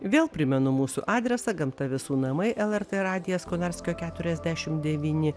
vėl primenu mūsų adresą gamta visų namai lrt radijas konarskio keturiasdešim devyni